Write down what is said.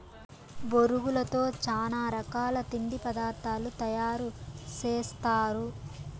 బొరుగులతో చానా రకాల తిండి పదార్థాలు తయారు సేస్తారు